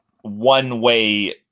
one-way